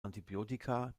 antibiotika